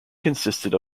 consisted